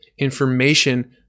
information